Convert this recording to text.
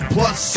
Plus